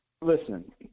listen